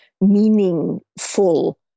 meaningful